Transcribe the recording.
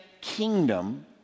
kingdom